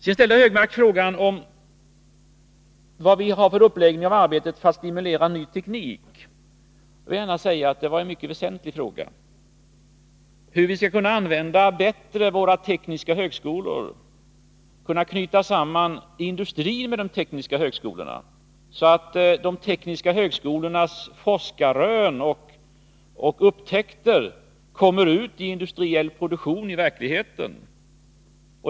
Sedan ställde Anders Högmark frågan om vilken uppläggning vi har av arbetet för att stimulera ny teknik. Jag vill gärna säga att det är en mycket väsentlig fråga, hur vi bättre skall kunna använda våra tekniska högskolor och knyta samman industrin med dem, så att de tekniska högskolornas forskarrön och upptäckter kommer ut i industriell produktion i verkligheten.